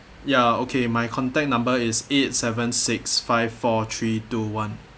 ya okay my contact number is eight seven six five four three two one